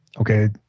okay